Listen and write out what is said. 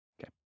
Okay